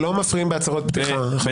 לא מפריעים בהצהרות פתיחה, חברי הכנסת.